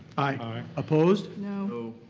aye. opposed? no.